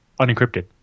unencrypted